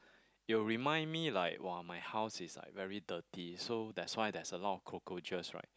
it will remind me like !wah! my house is like very dirty so that's why there is a lot of cockroaches right